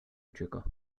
ucieka